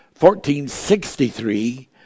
1463